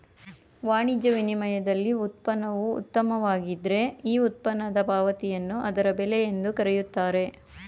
ವಾಣಿಜ್ಯ ವಿನಿಮಯದಲ್ಲಿ ಉತ್ಪನ್ನವು ಉತ್ತಮವಾಗಿದ್ದ್ರೆ ಈ ಉತ್ಪನ್ನದ ಪಾವತಿಯನ್ನು ಅದರ ಬೆಲೆ ಎಂದು ಕರೆಯುತ್ತಾರೆ